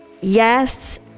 yes